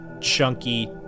chunky